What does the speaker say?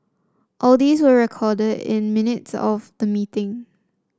all these were recorded in the minutes of the meeting